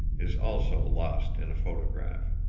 is also lost in a photograph.